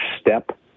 step